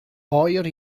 oer